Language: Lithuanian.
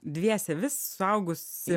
dviese vis suaugusi